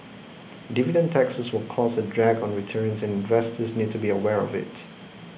dividend taxes will cause a drag on returns and investors need to be aware of it